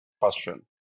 question